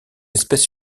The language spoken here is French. espèces